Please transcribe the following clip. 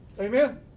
amen